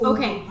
Okay